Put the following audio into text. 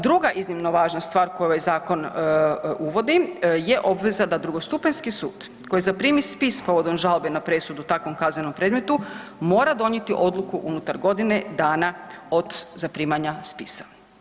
Druga iznimno važna stvar koju ovaj zakon uvodi je obveza da drugostupanjski sud koji zaprimi spis povodom žalbe na presudu u takvom kaznenom predmetu mora donijeti odluku unutar godine dana od zaprimanja spisa.